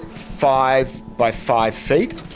five by five feet